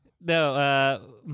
No